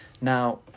Now